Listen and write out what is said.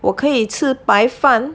我可以吃白饭